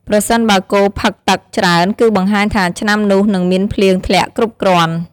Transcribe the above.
ប្រសិនបើគោផឹក ទឹក ច្រើន គឺបង្ហាញថាឆ្នាំនោះនឹងមានភ្លៀងធ្លាក់គ្រប់គ្រាន់។